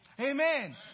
Amen